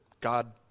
God